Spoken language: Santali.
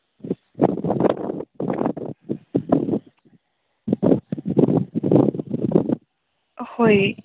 ᱦᱳᱭ